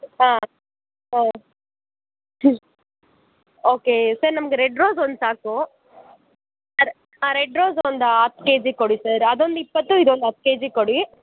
ಹಾಂ ಹಾಂ ಹ್ಞೂ ಓಕೇ ಸರ್ ನಮ್ಗೆ ರೆಡ್ ರೋಝ್ ಒಂದು ಸಾಕು ಆ ರೆಡ್ ರೋಝ್ ಒಂದು ಹತ್ತು ಕೆಜಿ ಕೊಡಿ ಸರ್ ಅದೊಂದು ಇಪ್ಪತ್ತು ಇದೊಂದು ಹತ್ತು ಕೆಜಿ ಕೊಡಿ